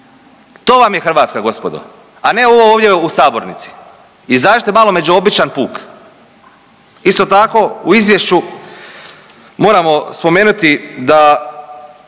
To vam je Hrvatska, gospodo, a ne ovo ovdje u sabornici. Izađite malo među običan puk. Isto tako, u Izvješću moramo spomenuti da